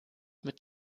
mit